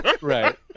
Right